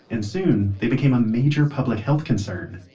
and soon they became a major public health concern.